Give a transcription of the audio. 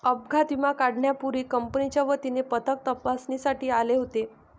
अपघात विमा काढण्यापूर्वी कंपनीच्या वतीने पथक तपासणीसाठी आले होते